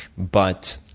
but